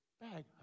bag